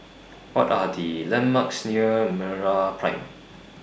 What Are The landmarks near Meraprime